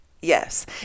Yes